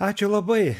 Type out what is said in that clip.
ačiū labai